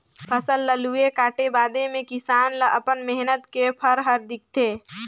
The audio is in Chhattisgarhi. फसल ल लूए काटे बादे मे किसान ल अपन मेहनत के फर हर दिखथे